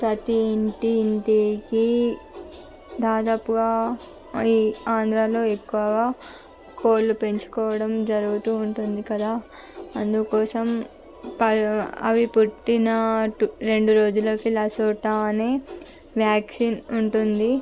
ప్రతీ ఇంటి ఇంటికి దాదాపుగా ఈ ఆంధ్రాలో ఎక్కువగా కోళ్ళు పెంచుకోవడం జరుగుతూ ఉంటుంది కదా అందుకోసం అవి పుట్టిన రెండు రోజులకి లసోటా అనే వ్యాక్సిన్ ఉంటుంది